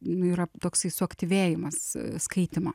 nu yra toksai suaktyvėjimas skaitymo